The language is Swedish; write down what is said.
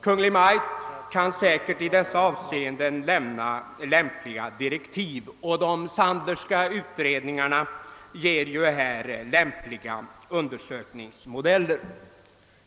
Kungl. Maj:t kan säkert i dessa avseenden lämna lämpliga direktiv, och de Sandlerska utredningarna ger ju här lämpliga undersökningsmodeller.